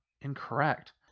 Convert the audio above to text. incorrect